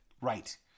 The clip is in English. Right